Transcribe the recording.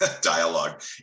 dialogue